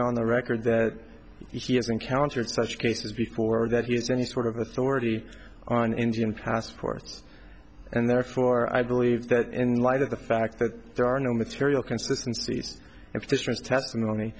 on the record that he has encountered such cases before or that he's any sort of authority on indian passports and therefore i believe that in light of the fact that there are no material consistencies if history is testimony